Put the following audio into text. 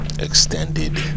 extended